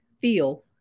feel